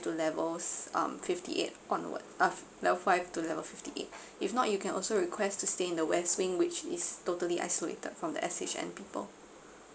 to levels um fifty eight onward uh level five to level fifty eight if not you can also request to stay in the west wing which is totally isolated from the S_H_N people